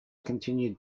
continued